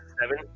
Seven